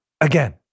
again